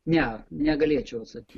ne negalėčiau atsakyt